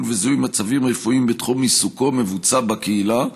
ובזיהוי של מצבים רפואיים בתחום עיסוקו מבוצע בקהילה.